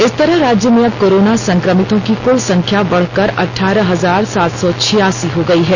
इस तरह राज्य में अब कोरोना संक्रमितों की कुल संख्या बढ़कर अठारह हजार सा तौ छियासी हो गई है